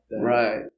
Right